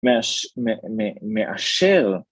מאשר.